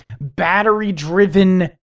battery-driven